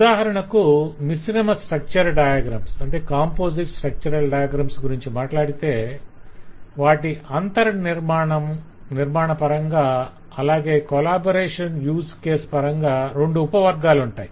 ఉదాహరణకు మిశ్రమ structure diagram గురించి మాట్లాడితే వాటి అంతర నిర్మాణపరంగా అలాగే కొలాబరేషన్ యూస్ కేస్ పరంగా రెండు ఉపవర్గాలుంటాయి